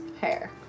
hair